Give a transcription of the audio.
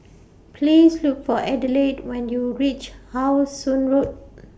Please Look For Adelaide when YOU REACH How Sun Road